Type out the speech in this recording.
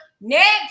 Next